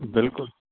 ਬਿਲਕੁਲ